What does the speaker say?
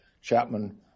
Chapman